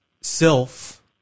self